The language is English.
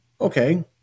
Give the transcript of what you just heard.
Okay